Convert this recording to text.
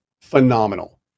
phenomenal